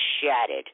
shattered